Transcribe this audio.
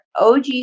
OG